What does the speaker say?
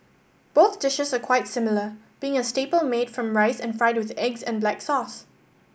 both dishes are quite similar being a staple made from rice and fried with eggs and black sauce